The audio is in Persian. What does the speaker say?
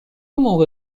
موقع